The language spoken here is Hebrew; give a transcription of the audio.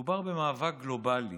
מדובר במאבק גלובלי,